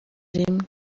rimwe